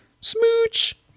smooch